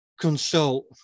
consult